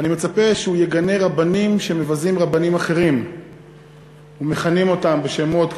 ואני מצפה שהוא יגנה רבנים שמבזים רבנים אחרים ומכנים אותם בשמות,